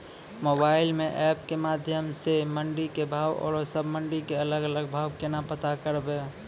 Mobile म app के माध्यम सऽ मंडी के भाव औरो सब मंडी के अलग अलग भाव केना पता करबै?